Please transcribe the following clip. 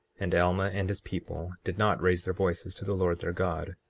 and alma and his people did not raise their voices to the lord their god,